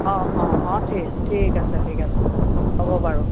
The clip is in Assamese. অঁ অঁ অঁ ঠিক ঠিক আছে ঠিক আছে হ'ব বাৰু